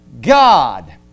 God